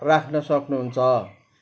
राख्न सक्नु हुन्छ